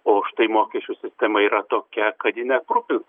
o štai mokesčių sistema yra tokia kad ji neaprūpins